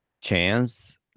chance